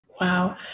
Wow